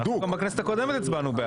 גם בכנסת הקודמת הצבענו בעד.